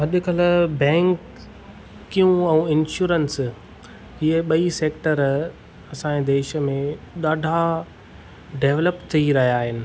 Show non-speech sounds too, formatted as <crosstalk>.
अॼु कल्ह बैंक <unintelligible> ऐं इंश्योरेंस इहे ॿई सेक्टर असांजे देश में ॾाढा डेव्लप थी रहियां आहिनि